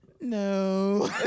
No